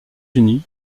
unis